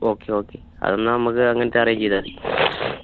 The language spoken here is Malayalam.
ഓക്കെ ഓക്കെ അതെന്നാൽ നമുക്ക് അങ്ങനത്തെ അറേഞ്ച് ചെയ്താൽ മതി